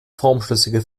formschlüssige